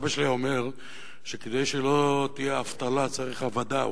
סבא שלי היה אומר שכדי שלא תהיה אבטלה צריך "עבָדה",